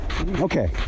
Okay